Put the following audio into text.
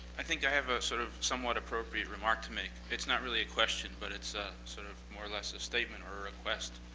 i think i have a sort of somewhat appropriate remark to make. it's not really a question, but it's sort of more or less a statement or a request.